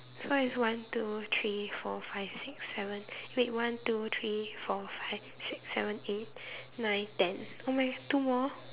so it's one two three four five six seven wait one two three four five six seven eight nine ten oh my two more